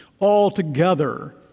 Altogether